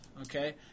okay